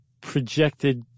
projected